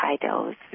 titles